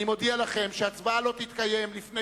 אני מודיע לכם שההצבעה לא תתקיים לפני